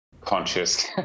conscious